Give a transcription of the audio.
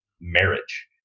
marriage